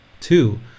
Two